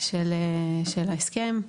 של ההסכם,